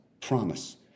promise